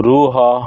ରୁହ